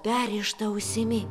perrėžta ausimi